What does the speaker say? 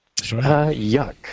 Yuck